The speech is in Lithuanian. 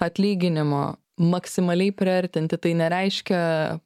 atlyginimo maksimaliai priartinti tai nereiškia